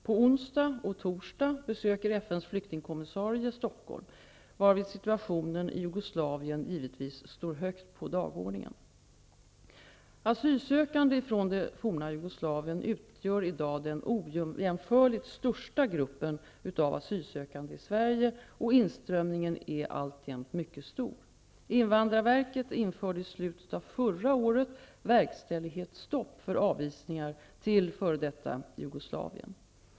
På onsdag och torsdag besöker FN:s flyktingkommissarie Stockholm, varvid situationen i Jugoslavien givetvis står högt på dagordningen. Asylsökande från det forna Jugoslavien utgör i dag den ojämförligt största gruppen av asylsökande i Sverige och inströmningen är alltjämt mycket stor. Jugoslavien.